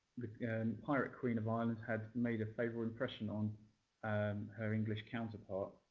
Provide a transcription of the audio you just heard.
and pirate queen of ireland had made a favourable impression on um her english counterpart,